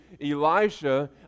Elisha